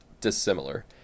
dissimilar